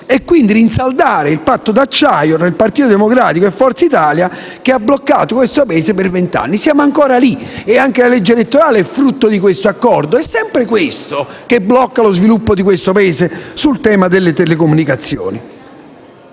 e quindi rinsaldare il patto d'acciaio tra il Partito Democratico e Forza Italia che ha bloccato questo Paese per vent'anni. Siamo ancora lì e anche la legge elettorale è frutto di questo accordo: è sempre questo che blocca lo sviluppo del nostro Paese sul tema delle telecomunicazioni.